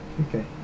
Okay